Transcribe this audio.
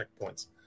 checkpoints